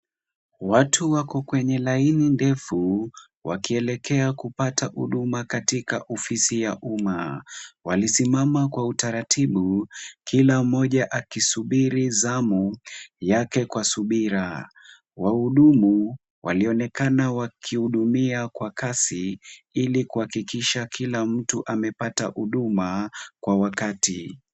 Watu wako kwenye laini ndefu wakielekea kupata huduma katika ofisi ya umma. Walisimama kwa utaratibu kila mmoja akisubiri zamu yake kwa subira. Wahudumu walionekana wakihudumia kwa kasi ili kuhakikisha kila mtu amepata huduma kwa wakati.